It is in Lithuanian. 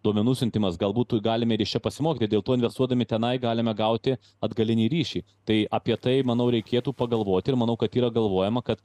duomenų siuntimas galbūtų galime ir iš čia pasimokyti dėl to investuodami tenai galime gauti atgalinį ryšį tai apie tai manau reikėtų pagalvoti ir manau kad yra galvojama kad